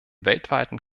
weltweiten